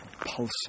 pulsing